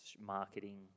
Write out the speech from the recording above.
marketing